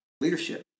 leadership